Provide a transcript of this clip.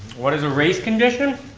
what is a race condition?